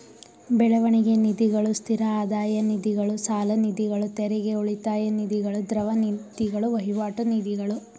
ಬೆಳವಣಿಗೆ ನಿಧಿಗಳು, ಸ್ಥಿರ ಆದಾಯ ನಿಧಿಗಳು, ಸಾಲನಿಧಿಗಳು, ತೆರಿಗೆ ಉಳಿತಾಯ ನಿಧಿಗಳು, ದ್ರವ ನಿಧಿಗಳು, ವಹಿವಾಟು ನಿಧಿಗಳು